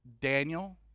Daniel